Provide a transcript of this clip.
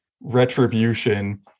retribution